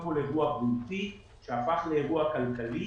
כל אירוע בריאותי שהפך לאירוע כלכלי